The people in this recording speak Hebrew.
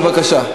בבקשה.